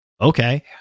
Okay